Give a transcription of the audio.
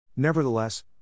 Nevertheless